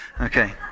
okay